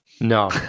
no